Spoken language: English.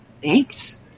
Thanks